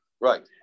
Right